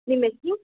ನಿಮ್ಮ ಹೆಸರು